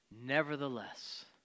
Nevertheless